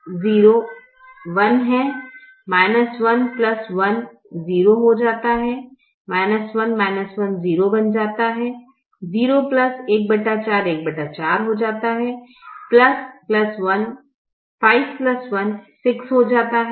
तो 1 0 1 है 1 1 0 हो जाता है 1 1 0 बन जाता है 0 14 14 हो जाता है 5 1 6 हो जाता है